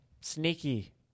Sneaky